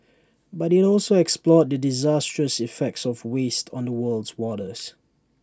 but IT also explored the disastrous effects of waste on the world's waters